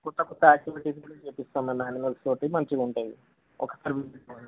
కొత్త కొత్త యాక్టివిటీస్ కూడా చేపిస్తాం మేడం మేము ఆనిమల్స్ చేత మంచిగా ఉంటాయి